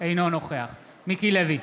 אינו נוכח מיקי לוי,